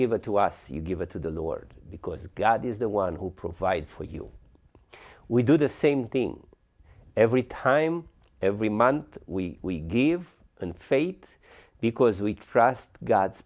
give it to us you give it to the lord because god is the one who provides for you we do the same thing every time every month we we give and fate because we trust god